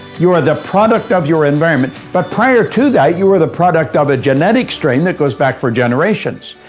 you are the product of your environment, but prior to that, you were the product of a genetic strain that goes back for generations.